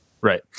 Right